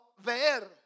ver